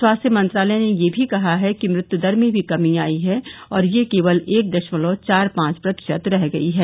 स्वास्थ्य मंत्रालय ने यह भी कहा है कि मृत्यु दर में भी कमी आई है और यह केवल एक दशमलव चार पांच प्रतिशत रह गई है